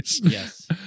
Yes